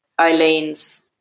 Eileen's